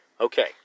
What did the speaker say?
Okay